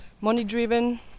money-driven